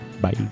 bye